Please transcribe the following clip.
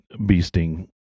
beasting